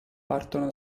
partono